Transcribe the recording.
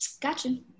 gotcha